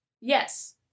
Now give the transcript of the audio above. Yes